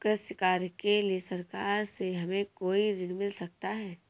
कृषि कार्य के लिए सरकार से हमें कोई ऋण मिल सकता है?